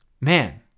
Man